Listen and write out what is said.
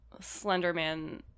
Slenderman